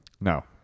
No